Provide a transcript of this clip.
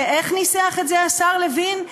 איך ניסח את זה השר לוין?